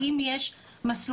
האם יש מסלולים?